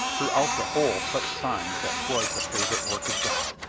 throughout the whole such signs that twas the favorite work of god!